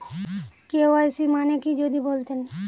KYC মানে কি যদি বলতেন?